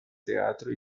teatro